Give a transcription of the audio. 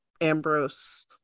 Ambrose